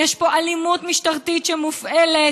יש פה אלימות משטרתית שמופעלת